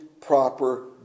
proper